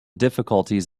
difficulties